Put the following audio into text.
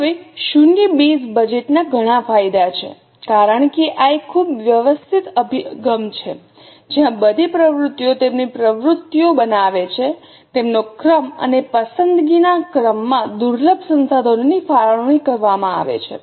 હવે શૂન્ય બેઝ બજેટના ઘણા ફાયદા છે કારણ કે આ એક ખૂબ વ્યવસ્થિત અભિગમ છે જ્યાં બધી પ્રવૃત્તિઓ તેમની પ્રસ્તુતિઓ બનાવે છે તેમનો ક્રમ અને પસંદગીના ક્રમમાં દુર્લભ સંસાધનોની ફાળવણી કરવામાં આવે છે